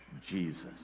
Jesus